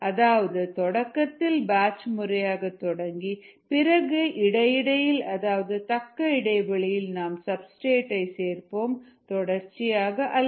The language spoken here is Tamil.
அதாவது தொடக்கத்தில் பேட்ச் முறையாக தொடங்கி பிறகு இடையிடையே அதாவது தக்க இடைவெளியில் நாம் சப்ஸ்டிரேட் டை சேர்ப்போம் தொடர்ச்சியாக அல்ல